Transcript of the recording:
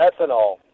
ethanol